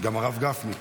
גם הרב גפני פה.